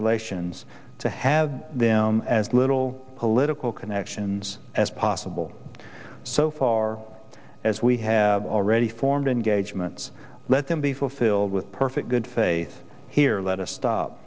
relations to have them as little political connections as possible so far as we have already formed engagements let them be fulfilled with perfect good faith here let us stop